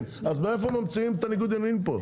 מאיפה ממציאים את הניגוד עניינים פה?